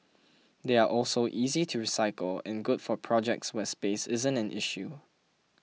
they are also easy to recycle and good for projects where space isn't an issue